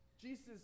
Jesus